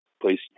please